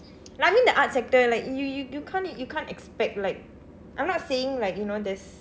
I mean the arts sector like you you you can't you can't expect like I'm not saying like you know there's